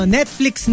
Netflix